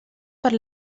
per